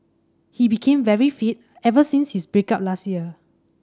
he became very fit ever since his break up last year